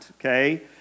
okay